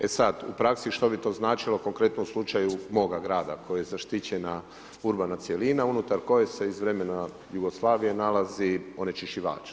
E sada, u praski što bi to značilo, u konkretnom slučaju, moga grada, koji je zaštićena urbana cjelina, unutar koje se iz vremena Jugoslavije nalazi onečišćivač.